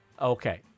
Okay